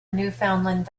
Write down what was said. newfoundland